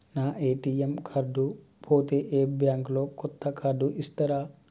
నా ATM card పోతే bank లో కొత్త కార్డు ఇస్తరా?